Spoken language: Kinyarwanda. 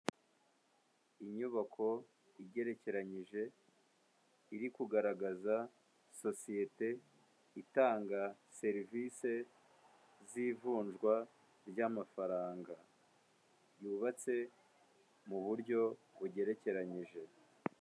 Inyubako igerekeranyije iri kugaragaza sosiyete itanga serivise z'ivunwa ry'amafaranga yubatse mu buryo bugerekeranyije.